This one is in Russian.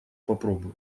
попробую